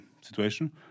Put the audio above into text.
situation